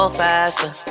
faster